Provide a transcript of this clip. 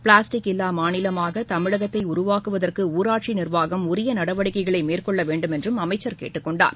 plastic இல்லா மாநிலமாக தமிழகத்தை உருவாக்குவதற்கு ஊராட்சி நிர்வாகம் உரிய நடவடிக்கைகளை மேற்கொள்ளவேண்டும் என்றும் அமைச்சர் கேட்டுக்கொண்டார்